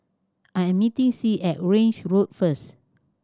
I am meeting Sie at Grange Road first